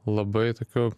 labai tokiu